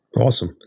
Awesome